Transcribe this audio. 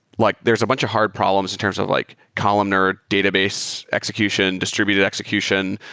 like there's a bunch of hard problems in terms of like columnar database execution, distributed execution,